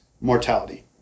mortality